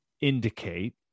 indicate